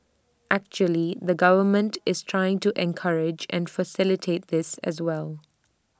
actually the government is trying to encourage and facilitate this as well